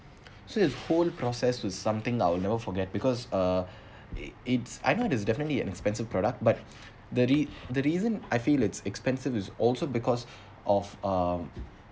so this whole process was something I will never forget because uh it's I know there's definitely an expensive product but the rea~ the reason I feel it's expensive is also because of um